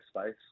space